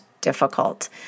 difficult